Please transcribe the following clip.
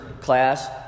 class